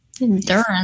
Endurance